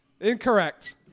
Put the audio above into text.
Incorrect